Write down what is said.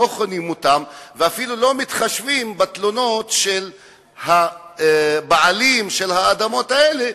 לא חוננים אותם ואפילו לא מתחשבים בתלונות של הבעלים של האדמות האלה,